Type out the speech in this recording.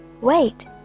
wait